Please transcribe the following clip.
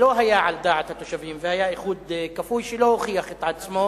שלא היה על דעת התושבים והיה איחוד כפוי שלא הוכיח את עצמו,